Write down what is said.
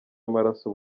amaraso